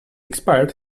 expired